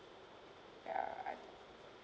ya I